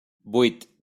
vuit